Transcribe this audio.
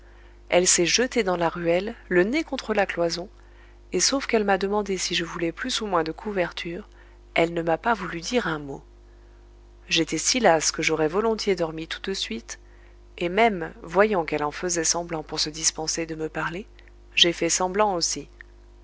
elle s'est jetée dans la ruelle le nez contre la cloison et sauf qu'elle m'a demandé si je voulais plus ou moins de couverture elle ne m'a pas voulu dire un mot j'étais si lasse que j'aurais volontiers dormi tout de suite et même voyant qu'elle en faisait semblant pour se dispenser de me parler j'ai fait semblant aussi